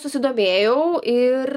susidomėjau ir